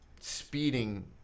speeding